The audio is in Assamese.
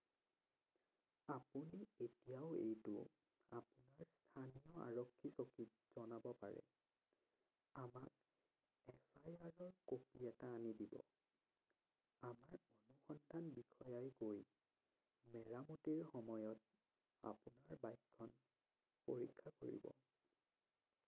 আপুনি এতিয়াও এইটো আপোনাৰ স্থানীয় আৰক্ষী চকীত জনাব পাৰে আমাক এফ আই আৰ ৰ কপি এটা আনি দিব আমাৰ অনুসন্ধান বিষয়াই গৈ মেৰামতিৰ সময়ত আপোনাৰ বাইকখন পৰীক্ষা কৰিব